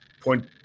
Point